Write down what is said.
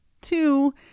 two